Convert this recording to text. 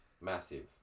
massive